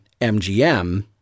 MGM